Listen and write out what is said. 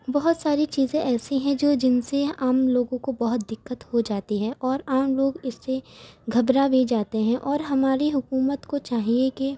بہت ساری چیزیں ایسی ہیں جو جن سے عام لوگوں کو بہت دقت ہو جاتی ہے اور عام لوگ اس سے گھبرا بھی جاتے ہیں اور ہماری حکومت کو چاہیے کہ